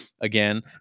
again